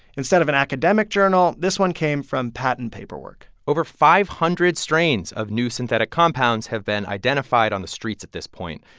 instead of an academic journal, this one came from patent paperwork over five hundred strains of new synthetic compounds have been identified on the streets at this point.